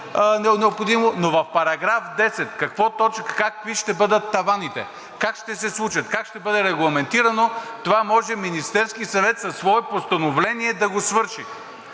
но в § 10 какви ще бъдат таваните, как ще се случат, как ще бъде регламентирано, това може Министерският съвет със свое постановление да го свърши.